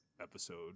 episode